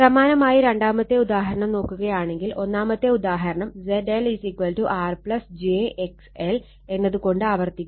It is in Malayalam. സമാനമായി രണ്ടാമത്തെ ഉദാഹരണം നോക്കുകയാണെങ്കിൽ ഒന്നാമത്തെ ഉദാഹരണം ZLR j XL എന്നത് കൊണ്ട് ആവർത്തിക്കുക